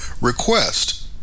request